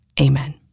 Amen